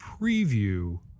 preview